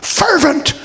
fervent